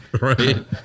Right